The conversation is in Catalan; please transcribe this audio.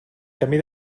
camí